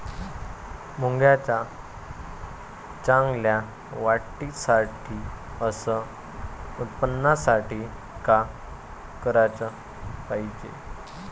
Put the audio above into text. मुंगाच्या चांगल्या वाढीसाठी अस उत्पन्नासाठी का कराच पायजे?